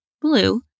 blue